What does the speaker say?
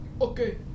Okay